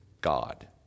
God